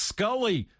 Scully